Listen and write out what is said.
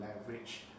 leverage